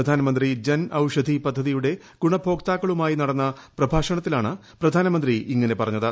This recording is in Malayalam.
പ്രധാനമന്ത്രി ജൻ ഔഷധി പദ്ധതിയുടെ ഗണഭോക്താക്കളുമായി നടന്ന പ്രഭാഷണത്തിലാണ് പ്രധാനമന്ത്രി ഇങ്ങനെ പറഞ്ഞത്